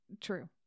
True